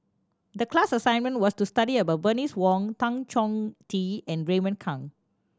the class assignment was to study about Bernice Wong Tan Chong Tee and Raymond Kang